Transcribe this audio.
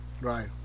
Right